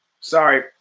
Sorry